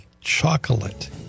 chocolate